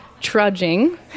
trudging